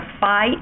fight